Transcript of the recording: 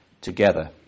together